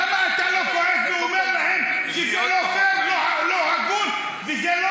למה אתה לא כועס ואומר להם שזה לא פייר ולא הגון ולא